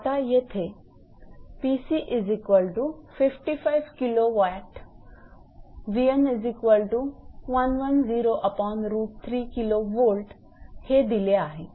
तर आता इथे हे दिले आहे